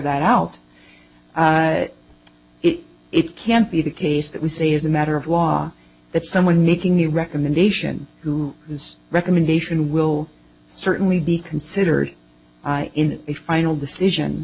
that out if it can't be the case that we see as a matter of law that someone making the recommendation who is recommendation will certainly be considered in a final decision